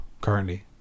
currently